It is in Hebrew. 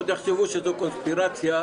עוד יחשבו שזו קונספירציה,